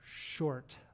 short